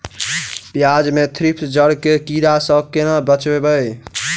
प्याज मे थ्रिप्स जड़ केँ कीड़ा सँ केना बचेबै?